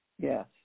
yes